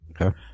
Okay